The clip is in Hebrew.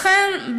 לכן,